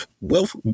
wealth